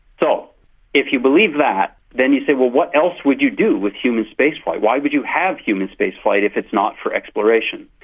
so if you believe that, then you say, well, what else would you do with human spaceflight, why would you have human spaceflight if it's not for exploration?